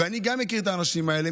וגם אני מכיר את האנשים האלה.